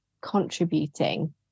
contributing